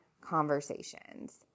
conversations